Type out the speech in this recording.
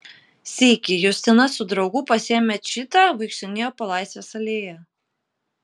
sykį justina su draugu pasiėmę čitą vaikštinėjo po laisvės alėją